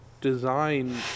design